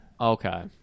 Okay